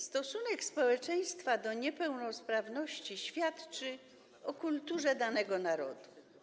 Stosunek społeczeństwa do niepełnosprawności świadczy o kulturze danego narodu.